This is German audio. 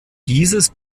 dieses